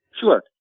Sure